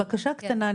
בקשה קטנה.